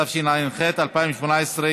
התשע"ח 2018,